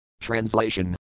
TRANSLATION